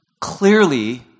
clearly